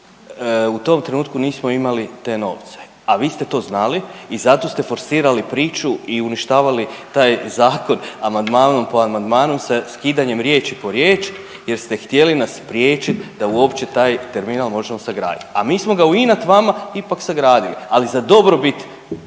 u tom trenutku nismo imali te novce, a vi ste to znali i zato ste forsirali priču i uništavali taj zakon amandmanom po amandmanom sa skidanjem riječi po riječ jer ste htjeli nas spriječit da uopće taj terminal možemo sagradit. A mi smo ga u inat vama ipak sagradili, ali za dobrobit